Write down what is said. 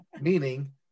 Meaning